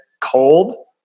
cold